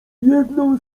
jedną